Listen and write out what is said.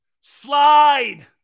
Slide